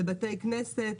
לבתי כנסת,